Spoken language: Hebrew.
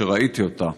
שראיתי אותה,